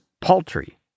paltry